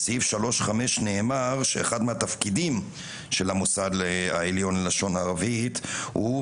בסעיף 3(5) נאמר שאחד מהתפקידים של המוסד העליון ללשון ערבית הוא,